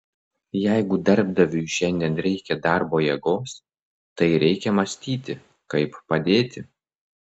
jeigu darbdaviui šiandien reikia darbo jėgos tai reikia mąstyti kaip padėti